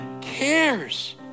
cares